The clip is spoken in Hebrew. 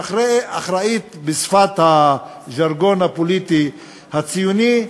שאחראית, בשפת הז'רגון הפוליטי הציוני,